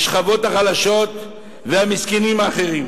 השכבות החלשות והמסכנים האחרים.